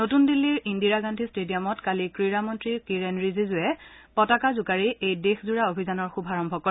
নতুন দিল্লীৰ ইদ্দিৰা গান্ধী টেডিয়ামত কালি ক্ৰীড়ামন্ত্ৰী কিৰেণ ৰিজিজুৱে পতাকা জোকাৰি এই দেশজোৰা অভিযানৰ শুভাৰম্ভ কৰে